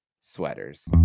sweaters